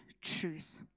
truth